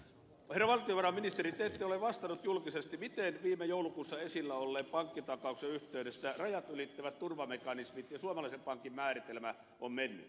herra valtiovarainministeri te ette ole vastannut julkisesti miten viime joulukuussa esillä olleen pankkitakauksen yhteydessä rajat ylittävät turvamekanismit ja suomalaisen pankin määritelmä on mennyt